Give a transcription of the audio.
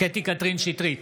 קטי קטרין שטרית,